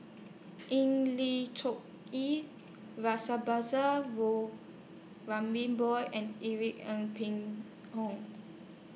Eng Lee E boy and Irene Ng Phek Hoong